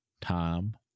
time